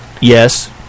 Yes